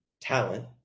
talent